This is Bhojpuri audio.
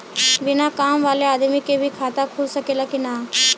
बिना काम वाले आदमी के भी खाता खुल सकेला की ना?